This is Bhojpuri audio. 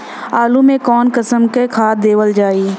आलू मे कऊन कसमक खाद देवल जाई?